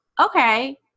okay